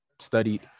studied